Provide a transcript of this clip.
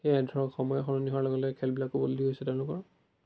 সেয়াই ধৰক সময় সলনি হোৱাৰ লগে লগে খেলবিলাকো বদলি হৈছে তেওঁলোকৰ